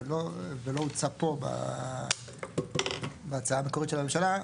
זה לא הוצע פה בהצעה המקורית של הממשלה,